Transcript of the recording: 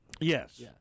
yes